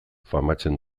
famatzen